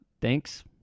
thanks